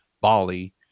bali